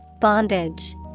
Bondage